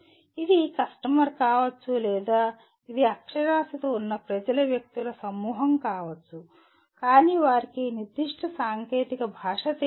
ఇది కస్టమర్ కావచ్చు లేదా ఇది అక్షరాస్యత ఉన్న ప్రజల వ్యక్తుల సమూహం కావచ్చు కాని వారికి ఈ నిర్దిష్ట సాంకేతిక భాష తెలియదు